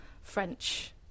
French